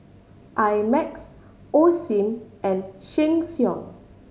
I Max Osim and Sheng Siong